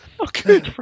Okay